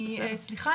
סליחה,